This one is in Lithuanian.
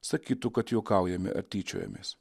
sakytų kad juokaujame ar tyčiojamės